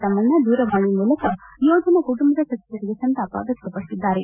ತಮ್ಮಣ್ಣ ದೂರವಾಣಿ ಮೂಲಕ ಯೋಧನ ಕುಟುಂಬದ ಸದಸ್ಕರಿಗೆ ಸಂತಾಪ ವ್ಯಕ್ತಪಡಿಸಿದ್ದಾರೆ